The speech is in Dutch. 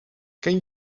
ken